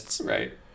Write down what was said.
right